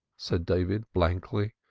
said david blankly.